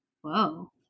whoa